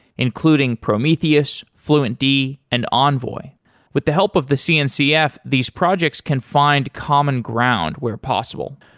including prometheus, fluentd and envoy with the help of the cncf, these projects can find common ground where possible.